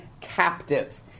captive